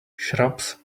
shrubs